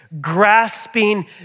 grasping